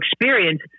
experience